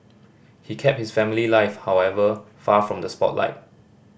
he kept his family life however far from the spotlight